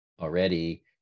already